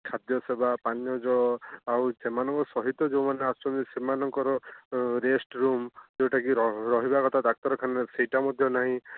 ଖାଦ୍ୟ ସେବା ପାନୀୟ ଜଳ ଆଉ ସେମାନଙ୍କ ସହିତ ଯେଉଁ ମାନେ ଆସୁଛନ୍ତି ସେମାନଙ୍କର ରେଷ୍ଟ୍ ରୁମ୍ ଯେଉଁଟା କି ରହିବା କଥା ଡାକ୍ତରଖାନାରେ ସେଇଟା ମଧ୍ୟ ନାହିଁ